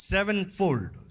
Sevenfold